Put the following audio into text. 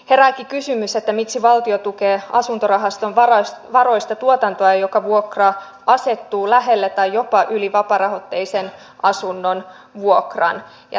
herääkin kysymys miksi valtio tukee asuntorahaston varoista tuotantoa jonka vuokra asettuu lähelle tai jopa yli vapaarahoitteisen asunnon vuokran